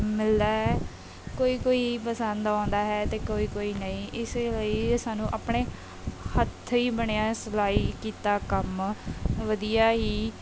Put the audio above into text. ਲੈ ਕੋਈ ਕੋਈ ਪਸੰਦ ਆਉਂਦਾ ਹੈ ਅਤੇ ਕੋਈ ਕੋਈ ਨਹੀਂ ਇਸੇ ਲਈ ਸਾਨੂੰ ਆਪਣੇ ਹੱਥੀਂ ਬਣਿਆ ਸਿਲਾਈ ਕੀਤਾ ਕੰਮ ਵਧੀਆ ਹੀ